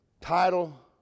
title